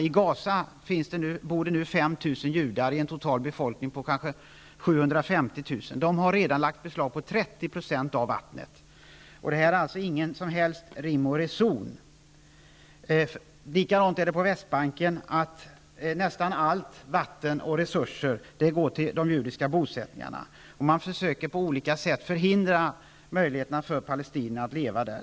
I Gaza bor det nu 5 000 judar av en total befolkning på 750 000 invånare. Judarna har redan lagt beslag på 30 % av vattnet. Det är ingen som helst rim och reson i detta. Likadant är det på Västbanken. Nästan allt vatten och alla resurser går till de judiska bosättningarna. Man försöker på olika sätt beröva palestinierna möjligheterna att leva där.